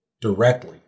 directly